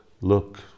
look